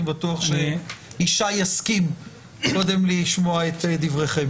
אני בטוח שישי יסכים לשמוע קודם את דבריך.